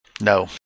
No